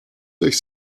durch